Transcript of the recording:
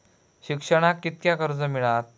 शिक्षणाक कीतक्या कर्ज मिलात?